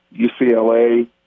UCLA